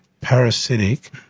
parasitic